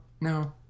no